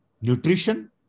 nutrition